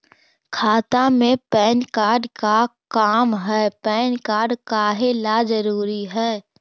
खाता में PAN card के का काम है पैन कार्ड काहे ला जरूरी है?